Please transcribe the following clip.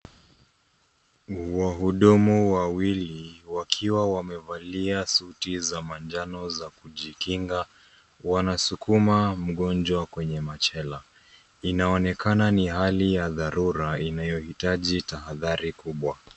Ni wahudumu wawili wakiwa wamevalia suti za manjano za kujikinga wanasukuma mgonjwa kwenye machela. Inaonekana ni hali ya dharura inayohitaji tahadhari kubwa.